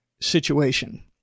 situation